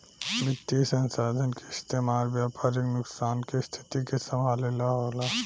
वित्तीय संसाधन के इस्तेमाल व्यापारिक नुकसान के स्थिति के संभाले ला होला